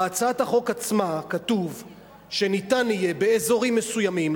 בהצעת החוק עצמה כתוב שניתן יהיה באזורים מסוימים,